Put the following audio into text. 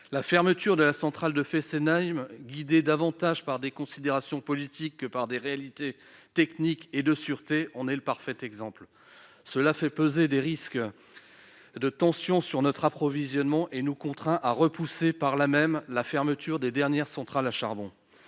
La fermeture de la centrale de Fessenheim, guidée plus par des considérations politiques que par des réalités techniques ou de sûreté, en est le parfait exemple. Bien sûr ! Elle fait peser le risque de tensions sur notre approvisionnement et nous contraint à repousser par là même la fermeture des dernières centrales à charbon.